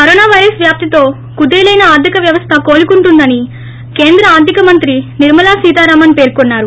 corona virus వ్యాప్తితో కుదేలైన ఆర్గిక వ్యవస్ల కోలుకుంటోందని కేంద్ర ఆర్గిక మంత్రి నిర్మలా సీతారామన్ పేర్కొన్నారు